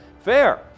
Fair